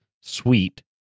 Sweet